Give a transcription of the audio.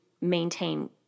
maintain